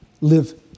live